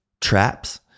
traps